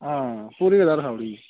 हां पूरी गै दाढ़ खाई ओड़ी दी